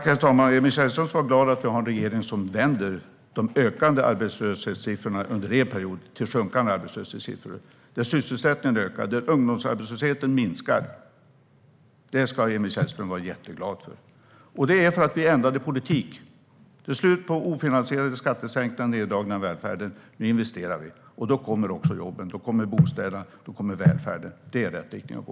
Herr talman! Emil Källström ska vara glad att vi har en regering som vänder de ökande arbetslöshetssiffrorna under er period till sjunkande arbetslöshetssiffror, där sysselsättningen ökar och ungdomsarbetslösheten minskar. Det ska Emil Källström vara jätteglad för. Det är för att vi ändrade politik. Det är slut på ofinansierade skattesänkningar och på neddragningar av välfärden. Nu investerar vi, och då kommer också jobben. Då kommer bostäderna, och då kommer välfärden. Det är rätt riktning att gå!